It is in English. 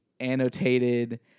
annotated